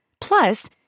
Plus